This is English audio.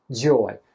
joy